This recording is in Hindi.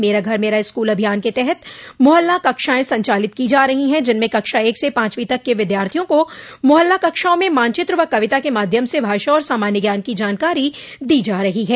मेरा घर मेरा स्कूल अभियान के तहत मोहल्ला कक्षाएं संचालित की जा रही हैं जिनमें कक्षा एक से पांचवीं तक के विद्यार्थियों को मोहल्ला कक्षाओं में मानचित्र व कविता के माध्यम से भाषा और सामान्य ज्ञान की जानकारी दी जा रही है